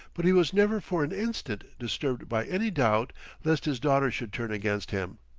but he was never for an instant disturbed by any doubt lest his daughter should turn against him.